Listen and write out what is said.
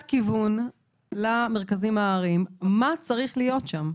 כיוון למרכזים הארעיים מה צריך להיות שם.